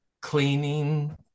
cleaning